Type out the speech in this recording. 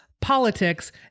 politics